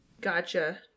Gotcha